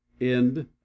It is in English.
End